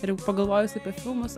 ir jau pagalvojus apie filmus